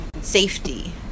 safety